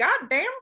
goddamn